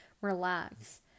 relax